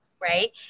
Right